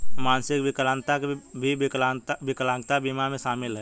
मानसिक विकलांगता भी विकलांगता बीमा में शामिल हैं